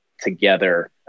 together